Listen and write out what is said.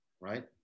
right